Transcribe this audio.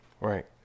Right